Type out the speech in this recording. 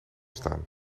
staan